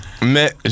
Mais